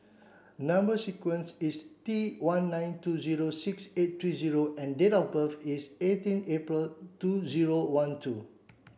number sequence is T one nine two zero six eight three O and date of birth is eighteen April two zero one two